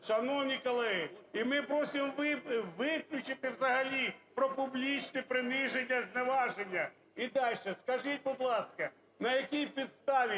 Шановні колеги, і ми просимо виключити взагалі про публічне приниження, зневаження. І дальше. Скажіть, будь ласка, на якій підставі